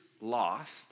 lost